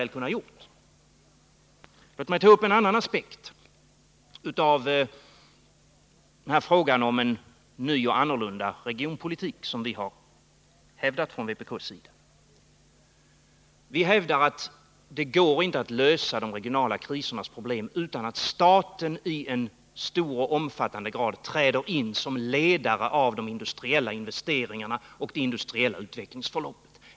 Låt mig ta upp en annan aspekt på frågan om en ny och annorlunda regionpolitik som vi har hävdat från vpk:s sida. Vi hävdar att det inte går att lösa de regionala krisernas problem utan att staten i en stor och omfattande grad träder in som ledare av de industriella investeringarna och det industriella utvecklingsförloppet.